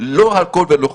לא הכול ולא כלום.